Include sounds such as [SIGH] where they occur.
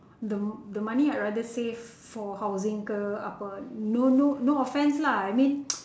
the the money I rather save for housing ke apa no no no offence lah I mean [NOISE]